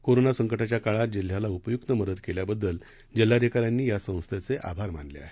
corona संकटाच्या काळात जिल्ह्याला उपयुक्त मदत केल्याबद्दल जिल्हाधिकाऱ्यांनी या संस्थेचे आभार मानले आहेत